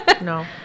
No